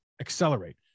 accelerate